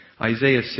Isaiah